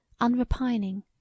unrepining